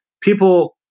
people